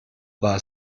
war